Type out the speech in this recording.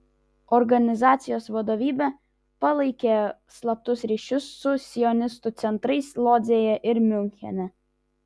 organizacijos vadovybė palaikė slaptus ryšius su sionistų centrais lodzėje ir miunchene